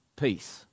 peace